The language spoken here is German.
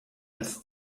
als